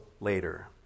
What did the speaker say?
later